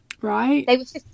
Right